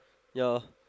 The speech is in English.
ya